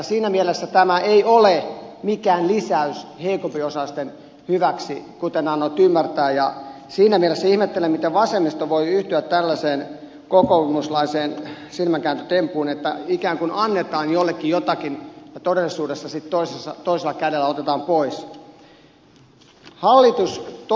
siinä mielessä tämä ei ole mikään lisäys heikompiosaisten hyväksi kuten annoit ymmärtää ja siinä mielessä ihmettelen miten vasemmisto voi yhtyä tällaiseen kokoomuslaiseen silmänkääntötemppuun että ikään kuin annetaan jollekin jotakin ja todellisuudessa sitten toisella kädellä otetaan pois